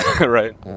right